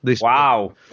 Wow